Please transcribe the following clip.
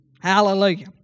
Hallelujah